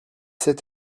sept